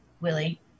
willie